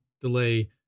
delay